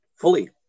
fully